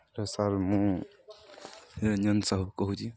hello sir ମୁଁ ରଞ୍ଜନ ସାହୁ କହୁଛି